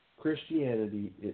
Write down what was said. Christianity